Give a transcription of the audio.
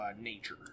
nature